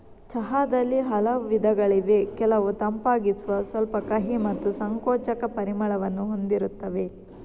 ಚಹಾದಲ್ಲಿ ಹಲವು ವಿಧಗಳಿವೆ ಕೆಲವು ತಂಪಾಗಿಸುವ, ಸ್ವಲ್ಪ ಕಹಿ ಮತ್ತು ಸಂಕೋಚಕ ಪರಿಮಳವನ್ನು ಹೊಂದಿರುತ್ತವೆ